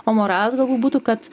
o moralas galbūt būtų kad